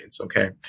okay